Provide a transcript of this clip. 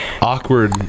awkward